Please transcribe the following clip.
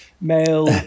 Male